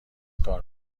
کار